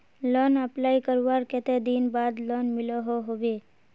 Loan apply करवार कते दिन बाद लोन मिलोहो होबे?